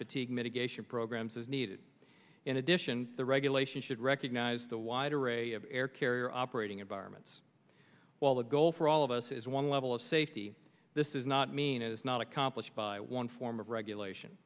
fatigue mitigation programs as needed in addition the regulation should recognize the wide array of air carrier operating environments while the goal for all of us is one level of safety this is not mean it is not accomplished by one form of regulation